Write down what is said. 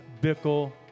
Bickle